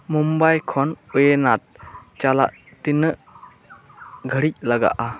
ᱢᱩᱢᱵᱟᱭ ᱠᱷᱚᱱ ᱳᱭᱮᱱᱟᱫᱽ ᱪᱟᱞᱟᱜ ᱛᱤᱱᱟᱹᱜ ᱜᱷᱟᱲᱤᱡ ᱞᱟᱜᱟᱜᱼᱟ